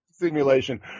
simulation